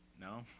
No